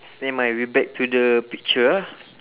never mind we back to the picture ah